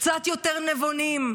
קצת יותר נבונים,